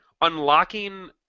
unlocking